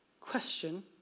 question